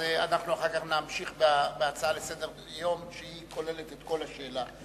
אז אחר כך נמשיך בהצעה לסדר-יום שכוללת את כל השאלה.